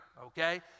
okay